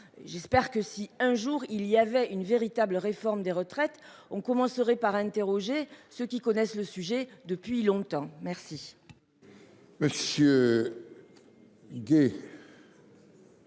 J'ose le croire, si un jour était menée une véritable réforme des retraites, on commencerait par interroger ceux qui connaissent le sujet depuis longtemps !